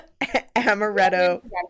Amaretto –